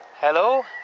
Hello